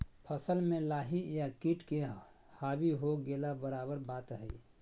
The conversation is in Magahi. फसल में लाही या किट के हावी हो गेला बराबर बात हइ